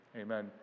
Amen